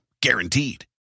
Guaranteed